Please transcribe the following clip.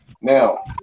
Now